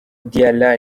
diarra